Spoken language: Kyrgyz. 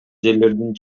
жерлердин